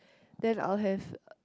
then I will have